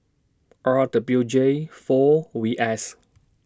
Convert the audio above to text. R W J four V S